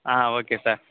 ah okay sir